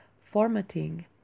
formatting